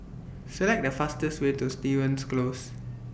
Select The fastest Way to Stevens Close